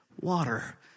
water